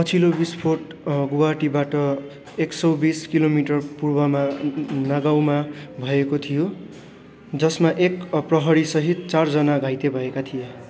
पछिल्लो विस्फोट गुवाहाटीबाट एक सय बिस किलो मिटर पूर्वमा नागाउँमा भएको थियो जसमा एक प्रहरीसहित चारजना घाइते भएका थिए